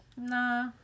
Nah